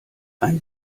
ein